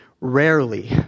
rarely